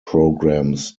programs